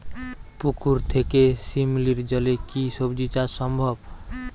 পুকুর থেকে শিমলির জলে কি সবজি চাষ সম্ভব?